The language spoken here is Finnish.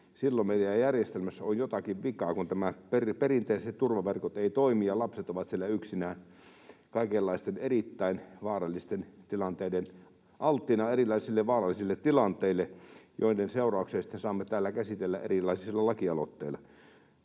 silloin meidän järjestelmässä on jotakin vikaa, kun nämä perinteiset turvaverkot eivät toimi ja lapset ovat siellä yksinään, alttiina erilaisille vaarallisille tilanteille, joiden seurauksia sitten saamme täällä käsitellä erilaisilla lakialoitteilla.